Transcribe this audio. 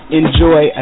enjoy